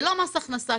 זה לא מס הכנסה.